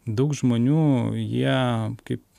daug žmonių jie kaip